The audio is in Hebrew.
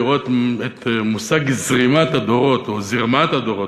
לראות את מושג "זרימת הדורות" או "זִרמת הדורות",